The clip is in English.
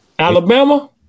Alabama